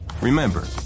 Remember